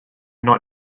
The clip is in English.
not